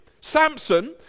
Samson